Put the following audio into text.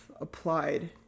applied